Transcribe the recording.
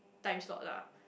time slot lah